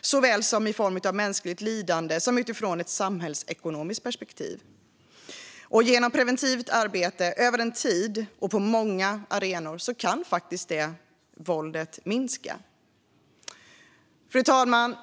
såväl i form av mänskligt lidande som utifrån ett samhällsekonomiskt perspektiv. Genom preventivt arbete över tid och på många arenor kan faktiskt våldet minska. Fru talman!